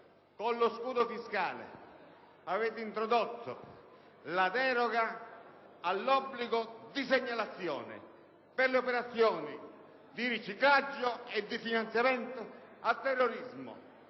Con lo scudo fiscale avete introdotto la deroga all'obbligo di segnalazione per le operazioni di riciclaggio e di finanziamento al terrorismo.